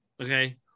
okay